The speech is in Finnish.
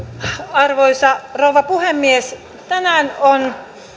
arvoisa rouva puhemies tänään on